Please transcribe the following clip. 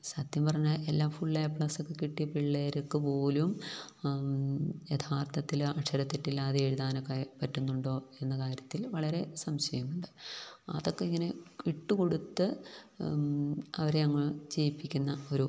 സത്യം പറഞ്ഞാല് എല്ലാം ഫുള് എ പ്ലസ് ഒക്കെ കിട്ടിയ പിള്ളേര്ക്ക് പോലും യഥാർത്ഥത്തില് അക്ഷരതെറ്റില്ലാതെ എഴുതാനൊക്കെ പറ്റുന്നുണ്ടോയെന്ന കാര്യത്തില് വളരെ സംശയമുണ്ട് അതൊക്കെ ഇങ്ങനെ ഇട്ടുകൊടുത്ത് അവരെയങ്ങ് ജയിപ്പിക്കുന്ന ഒരു